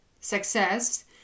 success